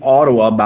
Ottawa